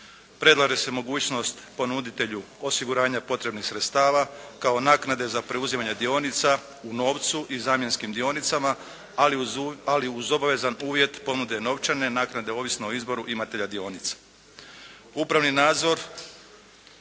Predlaže se mogućnost ponuditelju osiguranja potrebnih sredstava kao naknade za preuzimanje dionica u novcu i zamjenskim dionicama, ali uz obavezan uvjet ponude novčane naknade ovisno o izboru imatelja dionica.